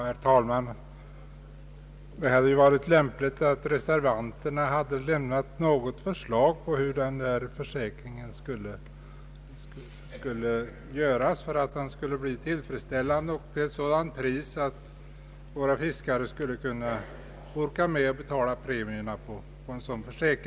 Herr talman! Det hade varit lämpligt att reservanterna lämnat något förslag om hur denna försäkring skulle utformas för att bli tillfredsställande och betinga sådana kostnader att våra fiskare kunde orka med att betala premierna.